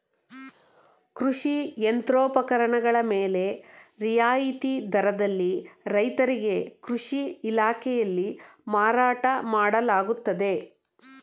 ಕೃಷಿ ಯಂತ್ರೋಪಕರಣಗಳ ಮೇಲೆ ರಿಯಾಯಿತಿ ದರದಲ್ಲಿ ರೈತರಿಗೆ ಕೃಷಿ ಇಲಾಖೆಯಲ್ಲಿ ಮಾರಾಟ ಮಾಡಲಾಗುತ್ತದೆ